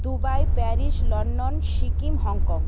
Dubai Paris London Sikkim Hong Kong